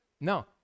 no